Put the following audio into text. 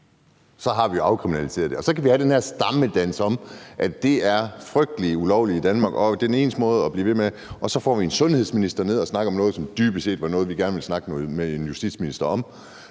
har vi jo afkriminaliseret det. Så kan vi have den her stammedans om, at det er frygtelig ulovligt i Danmark, og at det er den eneste måde. Og så får vi en sundhedsminister til at snakke om noget, som dybest set er noget, vi gerne ville snakke med en justitsminister om.